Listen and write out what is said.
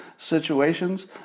situations